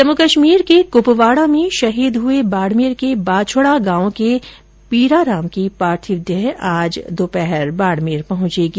जम्मू कश्मीर के कुपवाडा में शहीद हुए बाडमेर के बाछडा गांव के पीराराम की पार्थिव देह आज दोपहर बाडमेर पहुंचेगी